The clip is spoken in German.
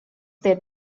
der